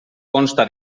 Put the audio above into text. consta